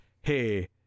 hey